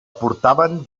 portaven